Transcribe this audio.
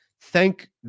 Thank